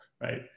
right